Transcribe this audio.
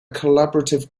collaborative